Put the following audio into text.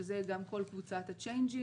שזה גם כל קבוצת הצ'יינג'ים.